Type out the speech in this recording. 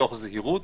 מתוך זהירות,